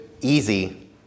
easy